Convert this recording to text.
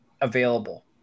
available